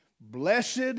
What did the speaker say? Blessed